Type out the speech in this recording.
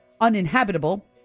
uninhabitable